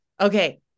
okay